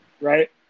Right